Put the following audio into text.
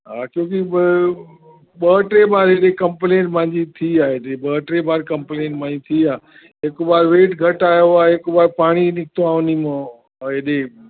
हा क्योंकि ॿ टे बार हिन कंप्लेन मुंहिंजी थी आहे हिन ॿ टे बार कंप्लेन मुंहिंजी थी आहे हिकु बार वेट घटि आयो आहे हिकु बार पाणी निकितो आहे उन मां और हेॾे